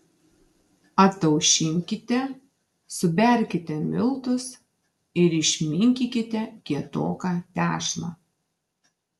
ataušinkite suberkite miltus ir išminkykite kietoką tešlą